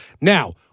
Now